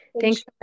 Thanks